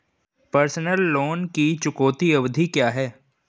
Personal loan की चुकौती अवधि क्या है?